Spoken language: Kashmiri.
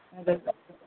اَدٕ حظ